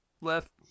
left